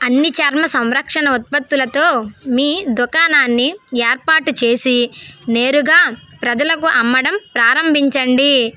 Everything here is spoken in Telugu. అన్ని చర్మ సంరక్షణ ఉత్పత్తులతో మీ దుకాణాన్ని ఏర్పాటు చేసి నేరుగా ప్రజలకు అమ్మడం ప్రారంభించండి